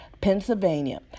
Pennsylvania